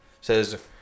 says